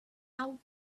out